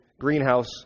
greenhouse